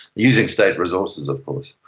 using state resources of course.